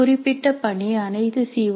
ஒரு குறிப்பிட்ட பணி அனைத்து சி